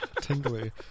tingly